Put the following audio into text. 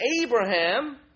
Abraham